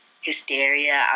hysteria